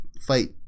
fight